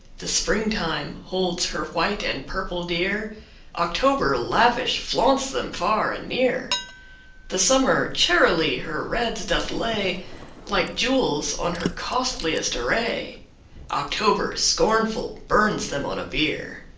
the spring-time holds her white and purple dear october, lavish, flaunts them far and near the summer charily her reds doth lay like jewels on her costliest array october, scornful, burns them on a bier.